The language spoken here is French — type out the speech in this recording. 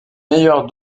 meilleur